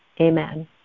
Amen